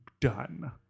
done